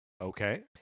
Okay